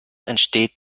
entsteht